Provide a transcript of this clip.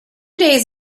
days